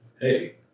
Hey